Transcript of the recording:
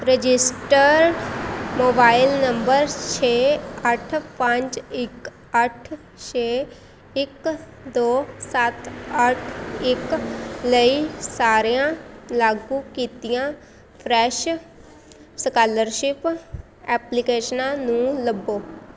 registered mobile number ਛੇ ਅੱਠ ਪੰਜ ਇੱਕ ਅੱਠ ਛੇ ਇੱਕ ਦੋ ਸੱਤ ਅੱਠ ਇੱਕ ਲਈ ਸਾਰੀਆਂ ਲਾਗੂ ਕੀਤੀਆਂ ਫਰੈਸ਼ ਸਕਾਲਰਸ਼ਿਪ ਐਪਲੀਕੇਸ਼ਨਾਂ ਨੂੰ ਲੱਭੋ